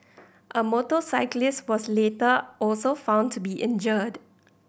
a motorcyclist was later also found to be injured